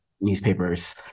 newspapers